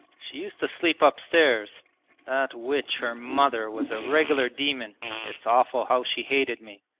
she used to sleep upstairs that witch her mother was a regular demon it's awful how she hated me.